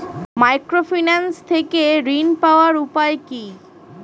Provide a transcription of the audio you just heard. Microfinance থেকে ঋণ পাওয়ার উপায় কি?